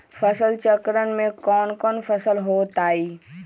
फसल चक्रण में कौन कौन फसल हो ताई?